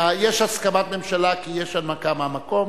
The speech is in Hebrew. יש הסכמת ממשלה, כי יש הנמקה מהמקום.